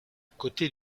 côté